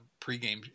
pregame